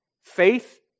faith